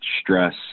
stress